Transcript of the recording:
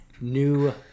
new